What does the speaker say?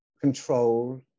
control